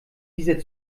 dieser